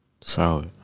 solid